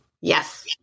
Yes